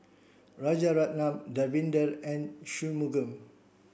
Rajaratnam Davinder and Shunmugam